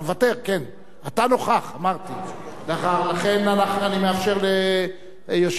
לכן אני מאפשר ליושב-ראש ועדת החוץ והביטחון להשיב,